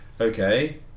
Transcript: okay